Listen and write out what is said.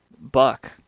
buck